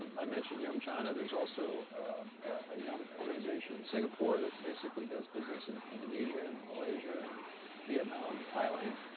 i mentioned yum china. there's also a yum organization in singapore that basically does business in indonesia and malaysia and vietnam and thailand,